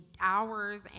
hours